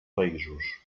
països